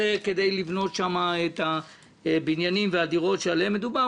כדי לבנות שם את הבניינים והדירות שעליהם מדובר,